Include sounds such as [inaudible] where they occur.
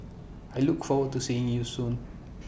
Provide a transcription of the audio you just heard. I look forward to seeing you soon [noise]